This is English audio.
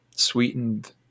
sweetened